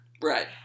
Right